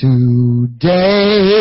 Today